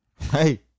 Hey